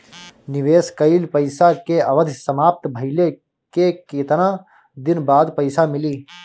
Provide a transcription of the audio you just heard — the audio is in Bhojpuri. निवेश कइल पइसा के अवधि समाप्त भइले के केतना दिन बाद पइसा मिली?